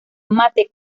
mate